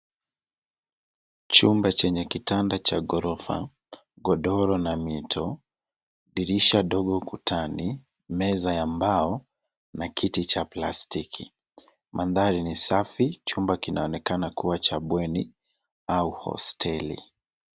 Chumba chenye kitanda cha gorofa, godoro na mito, dirisha ndogo ukutani, meza ya mbao na kiti cha plastiki. Mandhari ni safi, chumba kinaonenaka kuwa cha bweni au hosteli.